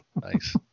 Nice